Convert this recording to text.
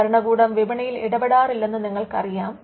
ഭരണകൂടം വിപണിയിൽ ഇടപെടാറില്ലെന്ന് നിങ്ങൾക്ക് അറിയാം